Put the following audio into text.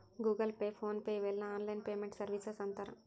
Google pay phone pay ಇವೆಲ್ಲ online payment services ಅಂತರ್